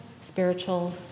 spiritual